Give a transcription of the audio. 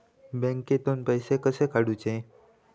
बँकेतून पैसे कसे काढूचे?